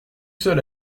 seul